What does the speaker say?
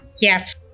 Yes